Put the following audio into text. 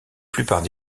plupart